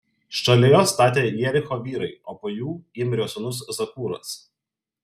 šalia jo statė jericho vyrai o po jų imrio sūnus zakūras